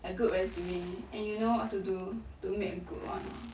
a good resume and you know what to do to make a good [one] ah